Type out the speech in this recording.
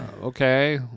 Okay